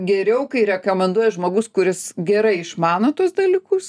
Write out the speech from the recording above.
geriau kai rekomenduoja žmogus kuris gerai išmano tuos dalykus